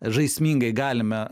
žaismingai galime